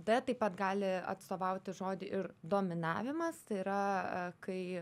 d taip pat gali atstovauti žodį ir dominavimas tai yra kai